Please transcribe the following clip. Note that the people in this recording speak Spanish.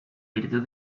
virtud